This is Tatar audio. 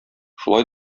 шулай